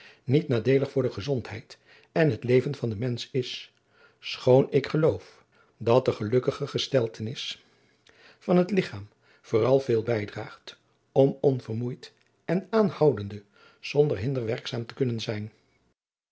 niet nadeelig voor de gezondheid en het leven van den mensch is schoon ik geloof dat de gelukkige gesteltenis van het ligchaam vooral veel bijdraagt om onvermoeid en aanhoudende zonder hinder werkzaam te kunnen zijn